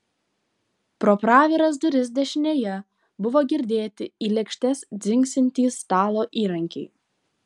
pro praviras duris dešinėje buvo girdėti į lėkštes dzingsintys stalo įrankiai